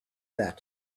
that